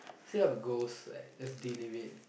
still have goals like just deal with it